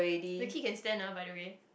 the kid can stand ah by the way